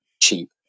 cheap